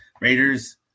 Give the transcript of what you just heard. Raiders